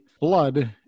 blood